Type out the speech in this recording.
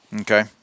Okay